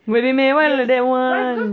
really meh why like that [one]